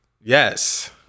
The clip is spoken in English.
Yes